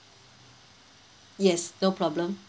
yes no problem